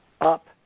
up